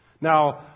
Now